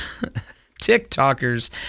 TikTokers